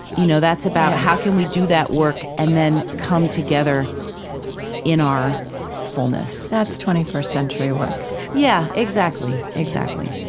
you know that's about, how can we do that work and then come together in our fullness? that's twenty first century work yeah, exactly, exactly